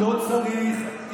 לא צריך,